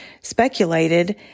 speculated